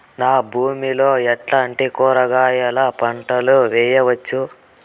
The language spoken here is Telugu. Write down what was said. నా భూమి లో ఎట్లాంటి కూరగాయల పంటలు వేయవచ్చు?